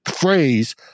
phrase